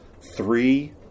three